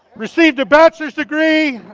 received a bachelor's degree,